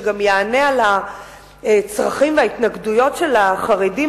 שגם יענה על הצרכים ועל ההתנגדויות של החרדים